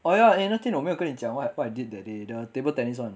oh ya eh 那天我没有跟你讲 right what I did that day the table tennis [one]